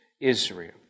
Israel